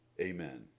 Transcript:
Amen